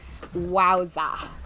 wowza